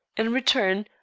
in return,